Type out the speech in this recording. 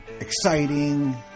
exciting